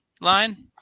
line